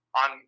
on